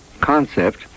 concept